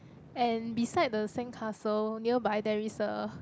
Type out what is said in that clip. and beside the sandcastle nearby there is a